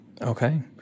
Okay